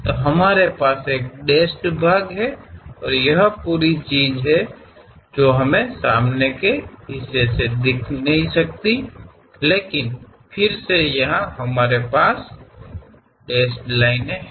तो हमारे पास एक डेशेड भाग है और यह पूरी चीज को हम इसे सामने से नहीं देख सकते हैं लेकिन फिर से यहाँ हमारे पास डेशड लाइन है